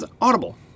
Audible